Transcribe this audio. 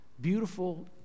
beautiful